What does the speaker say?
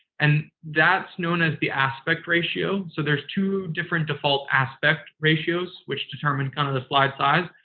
and that's known as the aspect ratio. so, there's two different default aspect ratios which determine kind of the slide size.